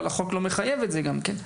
אבל החוק לא מחייב את זה גם כן.